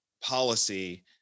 policy